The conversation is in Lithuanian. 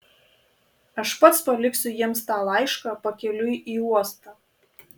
aš pats paliksiu jiems tą laišką pakeliui į uostą